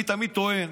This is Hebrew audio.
אני תמיד טוען,